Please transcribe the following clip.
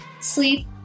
sleep